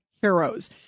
heroes